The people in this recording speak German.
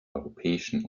europäischen